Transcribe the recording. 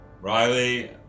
Riley